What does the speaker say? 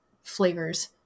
flavors